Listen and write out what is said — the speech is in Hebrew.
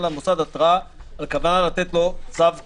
למוסד התראה על כוונה לתת לו צו כאמור".